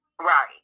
Right